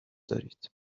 دارید